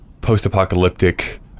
post-apocalyptic